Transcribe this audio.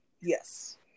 Yes